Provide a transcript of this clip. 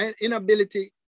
inability